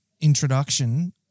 introduction